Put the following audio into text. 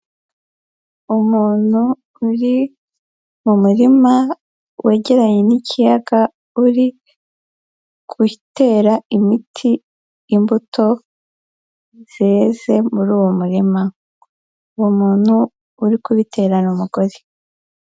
Umuntu uri mu murima wegeranye n'ikiyaga, uri gutera imiti imbuto zeze muri uwo murima. Uwo muntu uri kubitera ni umugore.